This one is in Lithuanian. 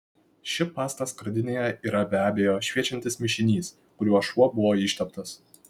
ši pasta skardinėje yra be abejo šviečiantis mišinys kuriuo šuo buvo išteptas